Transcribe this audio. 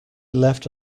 left